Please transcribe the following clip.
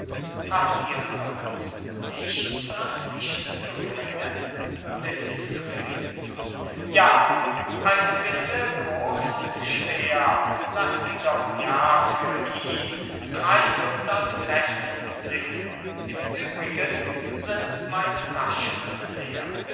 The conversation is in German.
habt ihr sonst nichts an mich zu bringen mephistopheles ja eine bitte groß und schwer laß sie doch ja für ihn dreyhundert messen singen im übrigen sind meine taschen leer